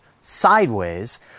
sideways